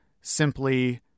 simply